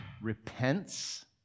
repents